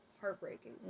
heartbreaking